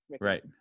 Right